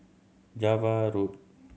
Java Road